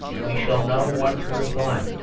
we shall know what to reply